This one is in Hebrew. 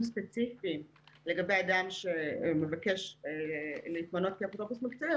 ספציפיים לגבי אדם שמבקש להתמנות כאפוטרופוס מקצועי,